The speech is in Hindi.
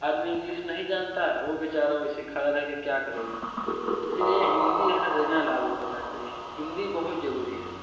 आदमी इंग्लिश नहीं जानता वो बेचारा वैसे खड़ा रहकर क्या करेगा इसलिए हिंदी हर जगह लागू करना चाहिए हिंदी बहुत जरूरी है